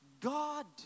God